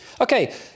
Okay